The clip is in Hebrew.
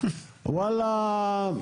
וואלה,